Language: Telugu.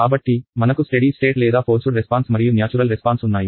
కాబట్టి మనకు స్టెడీ స్టేట్ లేదా ఫోర్సుడ్ రెస్పాన్స్ మరియు న్యాచురల్ రెస్పాన్స్ ఉన్నాయి